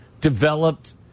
developed